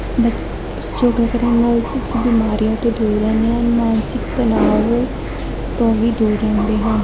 ਬਚ ਯੋਗਾ ਕਰਨ ਨਾਲ ਅਸੀਂ ਬਿਮਾਰੀਆਂ ਤੋਂ ਦੂਰ ਰਹਿੰਦੇ ਹਾਂ ਮਾਨਸਿਕ ਤਣਾਉ ਤੋਂ ਵੀ ਦੂਰ ਰਹਿੰਦੇ ਹਾਂ